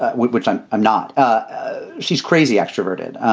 which i'm i'm not ah she's crazy extroverted.